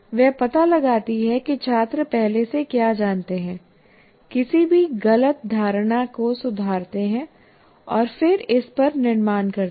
वह पता लगाती है कि छात्र पहले से क्या जानते हैं किसी भी गलत धारणा को सुधारते हैं और फिर इस पर निर्माण करते हैं